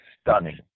stunning